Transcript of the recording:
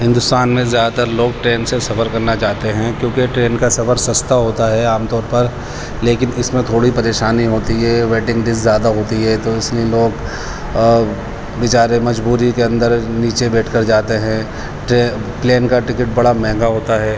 ہندوستان میں زیادہ تر لوگ ٹرین سے سفر کرنا چاہتے ہیں کیونکہ ٹرین کا سفر سستا ہوتا ہے عام طور پر لیکن اس میں تھوڑی پریشانی ہوتی ہے ویٹنگ لیسٹ زیادہ ہوتی ہے تو اس میں لوگ بیچارے مجبوری کے اندر نیچے بیٹھ کر جاتے ہیں ٹرے پلین کا ٹکٹ بڑا مہنگا ہوتا ہے